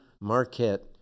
Marquette